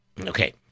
Okay